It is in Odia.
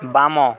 ବାମ